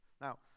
Now